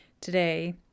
today